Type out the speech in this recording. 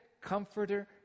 comforter